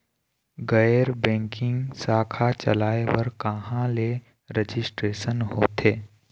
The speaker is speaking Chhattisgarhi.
गैर बैंकिंग शाखा चलाए बर कहां ले रजिस्ट्रेशन होथे?